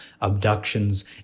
abductions